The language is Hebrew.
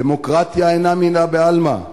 דמוקרטיה אינה מלה בעלמא.